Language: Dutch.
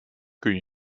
kun